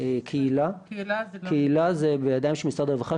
קהילה זה בידיים של משרד הרווחה,